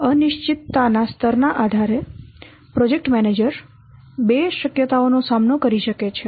અનિશ્ચિતતા ના સ્તરના આધારે પ્રોજેક્ટ મેનેજર બે શક્યતાઓનો સામનો કરી શકે છે